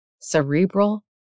Cerebral